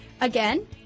Again